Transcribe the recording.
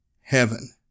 Heaven